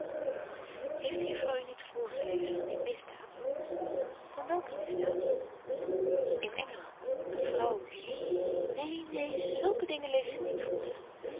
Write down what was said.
heeft de juffrouw u niet voorgelezen van die misdaad van welke misdaad in engeland een vrouw die neen neen zùlke dingen leest ze niet voor